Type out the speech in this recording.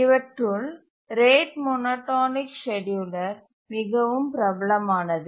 இவற்றுள் rate monotonic scheduler மிகவும் பிரபலமானது